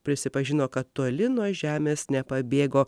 prisipažino kad toli nuo žemės nepabėgo